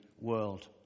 world